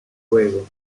juego